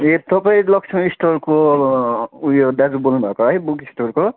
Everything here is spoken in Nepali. ए तपाईँ लक्ष्मी स्टोरको उयो दाजु बोल्नु भएको है उयो बुक स्टोरको